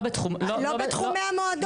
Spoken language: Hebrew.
לא בתחומי המועדון.